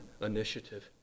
initiative